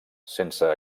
sense